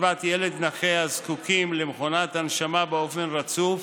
וקצבת ילד נכה הזקוקים למכונת הנשמה באופן רצוף